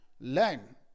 learn